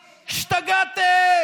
'שתגעתם?